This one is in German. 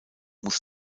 muss